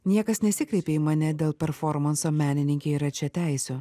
niekas nesikreipė į mane dėl performanso menininkė yra čia teisių